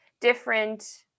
different